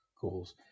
Goals